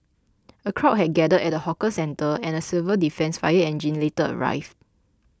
a crowd had gathered at the hawker centre and a civil defence fire engine later arrived